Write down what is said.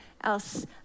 else